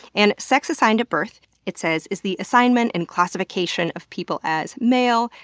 and sex assigned at birth, it says is the assignment and classification of people as male,